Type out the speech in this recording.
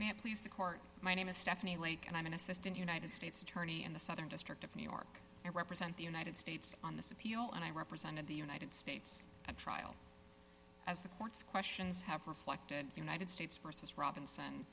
us please the court my name is stephanie lake and i'm an assistant united states attorney in the southern district of new york and represent the united states on this appeal and i represented the united states at trial as the court's questions have reflected united states versus robinson